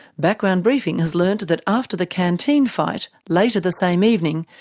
background briefing has learned that after the canteen fight, later the same evening,